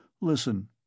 Listen